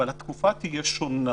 אבל התקופה תהיה שונה